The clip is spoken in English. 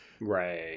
Right